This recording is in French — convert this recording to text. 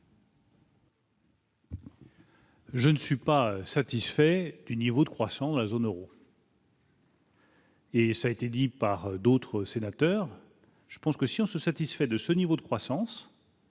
Je ne suis pas satisfait du niveau de croissance dans la zone Euro. Et ça a été dit par d'autres sénateurs, je pense que si on se satisfait de ce niveau de croissance.